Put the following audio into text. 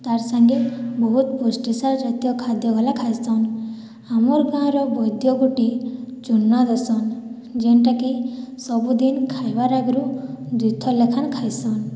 ତାର୍ ସାଙ୍ଗେ ବହୁତ୍ ପୃଷ୍ଟିସାର ଜାତିୟ ଖାଦ୍ୟ ଗଲା ଖାଏସନ୍ ଆମର୍ ଗାଁର ବୈଦ୍ୟ ଗୋଟେ ଚୁର୍ନା ଦେସନ୍ ଜେନ୍ଟାକି ସବୁ ଦିନ୍ ଖାଏବାର୍ ଆଗ୍ରୁ ଦୁଇ ଥର୍ ଲାଖେ ଖାଏସନ୍